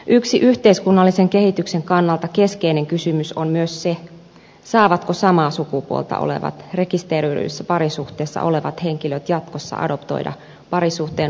yksi yhteiskunnallisen kehityksen kannalta keskeinen kysymys on myös se saavatko samaa sukupuolta olevat rekisteröidyissä parisuhteissa olevat henkilöt jatkossa adoptoida parisuhteen ulkopuolisia lapsia